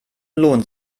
lohnt